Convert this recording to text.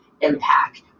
impact